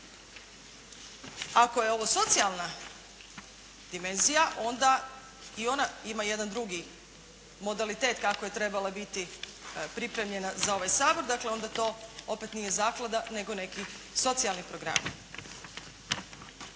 Ako je ovo socijalna dimenzija onda i ona ima jedan drugi modalitet kako je trebala biti pripremljena za ovaj Sabor. Dakle, onda to opet nije zaklada, nego neki socijalni program.